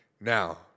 Now